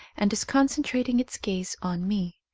and is concentrating its gaze on me.